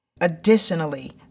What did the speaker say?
Additionally